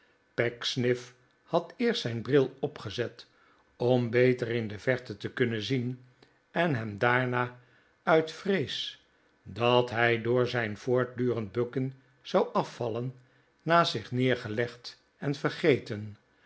pecksniff had eerst zijn bril opgezet om beter in de verte te kunnen zien en hem daarna uit vrees dat hij door zijn voortdurend bukken zou afvallen naast zich neergelegd en vergeten